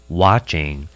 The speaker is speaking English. watching